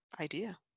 idea